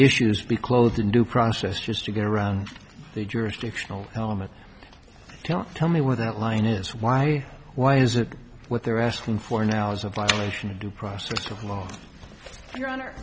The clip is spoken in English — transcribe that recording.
issues be closed in due process just to get around the jurisdictional element don't tell me where that line is why why is it what they're asking for now is a violation of due process of law your honor